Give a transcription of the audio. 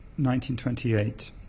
1928